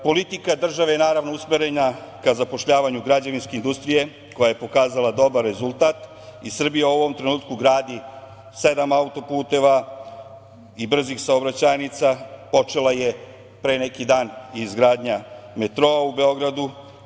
Politika države je naravno usmerena ka zapošljavanju građevinske industrije, koja je pokazala dobar rezultat i Srbija u ovom trenutku gradi sedam auto-puteva i brzih saobraćajnica, počela je pre neki dan i izgradnja metroa u Beogradu.